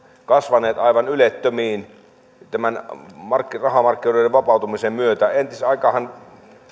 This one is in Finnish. kasvaneet aivan ylettömiin rahamarkkinoiden vapautumisen myötä entisaikaanhan